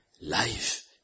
Life